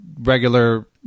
regular